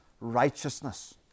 righteousness